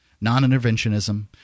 non-interventionism